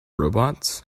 robots